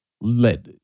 let